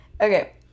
okay